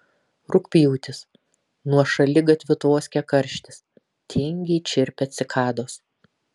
rugpjūtis nuo šaligatvių tvoskia karštis tingiai čirpia cikados